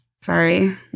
Sorry